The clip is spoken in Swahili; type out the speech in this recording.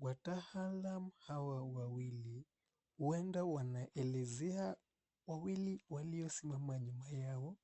Wataalam hawa wawili huenda wanaelezea wawili waliosimama nyuma yao